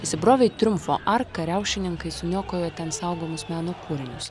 įsibrovę į triumfo arką riaušininkai suniokojo ten saugomus meno kūrinius